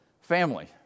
family